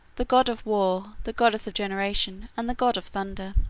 the god of war, the goddess of generation, and the god of thunder.